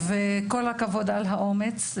כל הכבוד על האומץ.